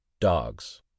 dogs